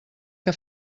que